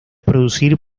producir